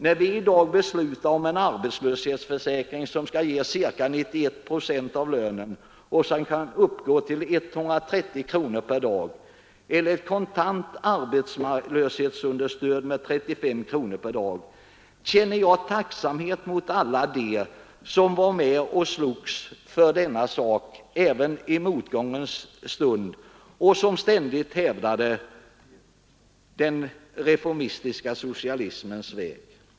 När vi i dag beslutar om en arbetslöshetsförsäkring, som skall ge ca 91 procent av lönen och som kan uppgå till 130 kronor per dag, eller ett kontant arbetslöshetsstöd med 35 kronor per dag, känner jag tacksamhet mot alla dem som var med och slogs för denna sak även i motgångens stund och som ständigt hävdade den reformistiska socialismens väg.